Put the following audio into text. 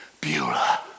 Beulah